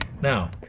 Now